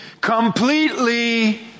completely